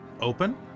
open